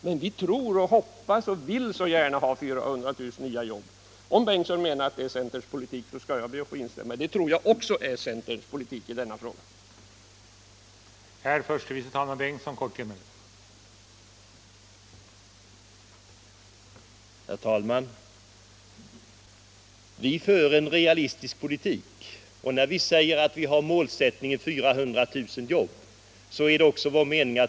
Men vi tror och hoppas och vill så gärna ha 400 000 nya jobb.” Om herr Bengtson menar att det är centerns politik ber jag att få instämma — jag tror också att det är centerns politik i näringsfrågorna.